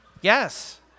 Yes